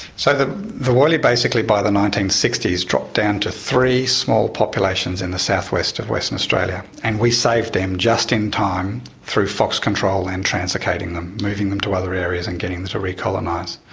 so, the the woylie basically by the nineteen sixty s dropped down to three small populations in the south-west of western australia, and we saved them just in time through fox control and translocating them, moving them to other areas and getting them to recolonise.